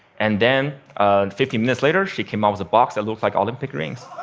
and then fifteen minutes later, she came out with a box that looked like olympic rings.